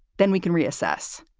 then we can reassess.